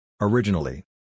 Originally